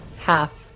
half